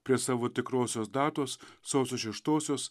prie savo tikrosios datos sausio šeštosios